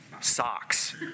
socks